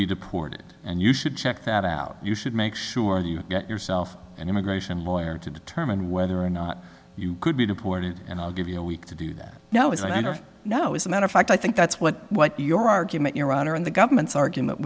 be deported and you should check that out you should make sure you get yourself an immigration lawyer to determine whether or not you should be deported and i'll give you a week to do that now is under no is a matter of fact i think that's what your argument your honor in the government's argument